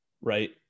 right